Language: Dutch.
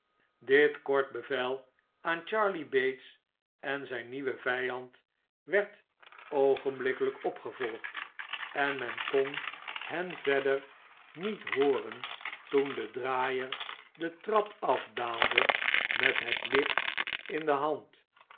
dit kort bevel aan charley bates en zijn nieuwen vijand werd oogenbükkelijk opgevolgd en men kon hen verder niet hooren toen de draaier de trap afdaalde met het licht in de hand